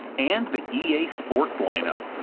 and the ea sports lineup,